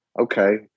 okay